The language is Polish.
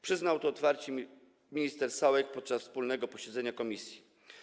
Przyznał to otwarcie minister Sałek podczas wspólnego posiedzenia komisji.